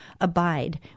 abide